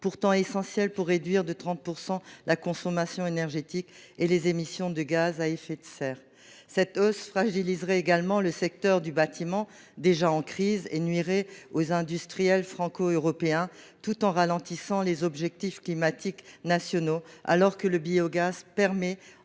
est essentielle pour réduire de 30 % la consommation énergétique et les émissions de gaz à effet de serre. La hausse prévue fragiliserait également le secteur du bâtiment, déjà en crise. Elle nuirait aux industriels français et européens tout en ralentissant l’atteinte des objectifs climatiques nationaux. Le biogaz permet